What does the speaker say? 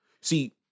See